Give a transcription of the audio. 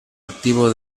activo